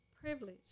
Privilege